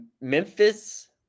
Memphis